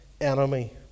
enemy